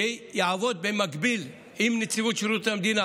ויעבוד במקביל עם נציבות שירות המדינה